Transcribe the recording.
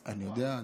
אני יודע.